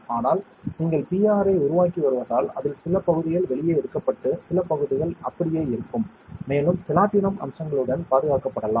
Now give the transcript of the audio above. ஆனால் நீங்கள் PR ஐ உருவாக்கி வருவதால் அதில் சில பகுதிகள் வெளியே எடுக்கப்பட்டு சில பகுதிகள் அப்படியே இருக்கும் மேலும் பிளாட்டினம் அம்சங்களுடன் பாதுகாக்கப்படலாம்